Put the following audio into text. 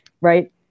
right